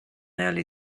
early